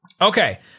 okay